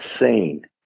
insane